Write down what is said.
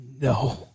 No